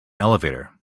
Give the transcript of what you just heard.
elevator